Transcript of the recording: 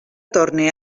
torne